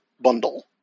Bundle